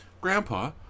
Grandpa